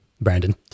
brandon